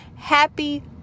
Happy